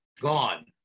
gone